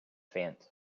faint